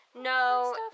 No